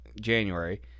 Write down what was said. January